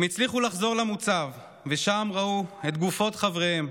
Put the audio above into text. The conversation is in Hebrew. הם הצליחו לחזור למוצב, ושם ראו את גופות חבריהם